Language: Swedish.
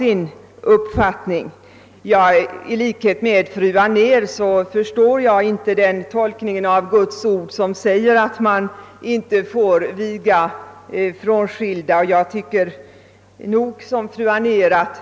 I likhet med fru Anér delar jag inte den tolkning av Guds ord, som innebär att man inte får viga frånskilda.